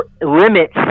limits